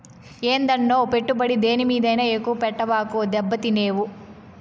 ఏందన్నో, పెట్టుబడి దేని మీదైనా ఎక్కువ పెట్టబాకు, దెబ్బతినేవు